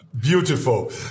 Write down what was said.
Beautiful